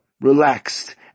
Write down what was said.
relaxed